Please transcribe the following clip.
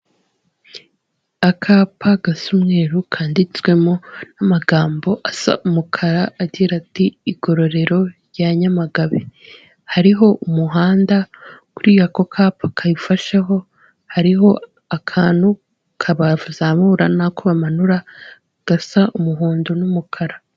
Akapa gasa umweru kanditswemo n'amagambo asa umukara agira ati: " Igororero rya Nyamagabe." Hariho umuhanda kuri ako kapa kayifasheho, hariho akantu bazamura n'ako bamanura, gasa umuhondo n'umukara.